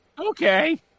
okay